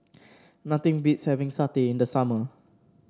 nothing beats having satay in the summer